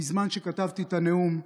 בזמן שכתבתי את הנאום,